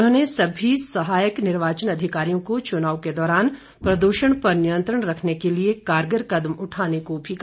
उन्होंने सभी सहायक निर्वाचन अधिकारियों को चुनाव के दौरान प्रदूषण पर नियंत्रण रखने के लिए कारगर कदम उठाने को भी कहा